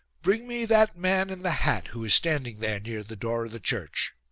bring me that man in the hat who is standing there near the door of the church.